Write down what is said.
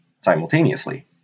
simultaneously